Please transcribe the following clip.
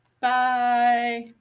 Bye